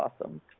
awesome